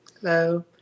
hello